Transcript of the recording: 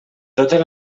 totes